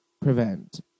prevent